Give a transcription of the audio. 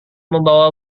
membawa